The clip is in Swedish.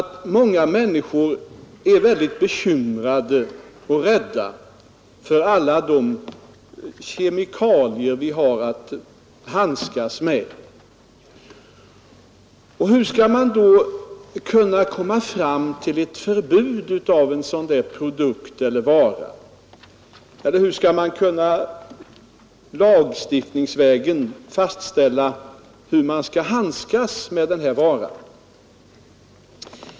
Men många människor är väldigt bekymrade och rädda för alla de kemikalier vi i dag handskas med. Och hur skall vi då kunna komma fram till ett förbud mot en produkt eller en vara, och hur skall vi lagstiftningsvägen kunna fastställa hur man skall handskas med varan i fråga?